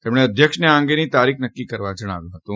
તેમણે અધ્યક્ષને આ અંગેની તારીખ નક્કી કરવા જણાવ્યું હતું